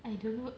I don't know